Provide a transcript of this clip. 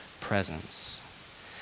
presence